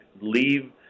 leave